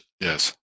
yes